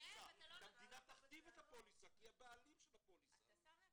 המדינה תכתיב את הפוליסה כי היא הבעלים של הפוליסה.